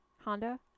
Honda